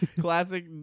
Classic